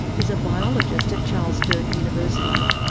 is a biologist at charles sturt university.